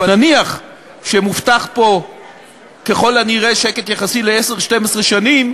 אבל נניח שמובטח פה ככל הנראה שקט יחסי ל-10 12 שנים,